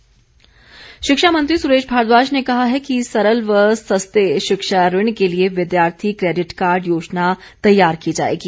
सुरेश भारद्वाज शिक्षा मंत्री सुरेश भारद्वाज ने कहा है कि सरल व सस्ते शिक्षा ऋण के लिए विद्यार्थी क्रेडिट कार्ड योजना तैयार की जाएगी